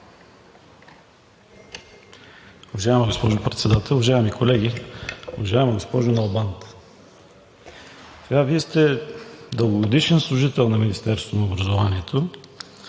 Уважаема госпожо Председател, уважаеми колеги! Уважаема госпожо Налбант, Вие сте дългогодишен служител на Министерството на образованието